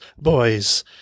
boys